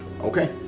Okay